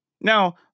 Now